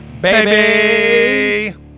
baby